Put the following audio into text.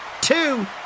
two